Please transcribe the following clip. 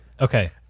Okay